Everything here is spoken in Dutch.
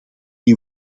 die